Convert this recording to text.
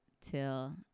till